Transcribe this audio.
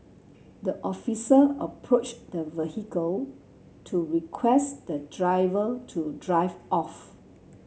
the officer approached the vehicle to request the driver to drive off